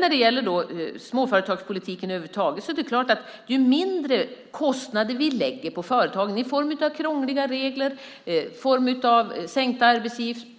När det gäller småföretagspolitiken över huvud taget är det klart att ju mindre kostnader vi lägger på företagen i form av krångliga regler,